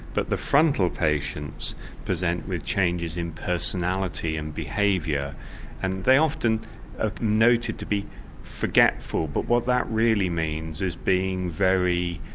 but the frontal patients present with changes in personality and behaviour and they often are ah noted to be forgetful. but what that really means is being very.